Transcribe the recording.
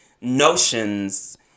notions